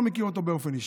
לא מכיר אותו באופן אישי.